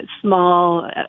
small